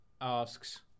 asks